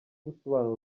gusobanura